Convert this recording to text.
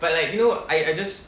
but like you know I I just